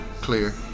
clear